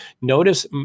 Notice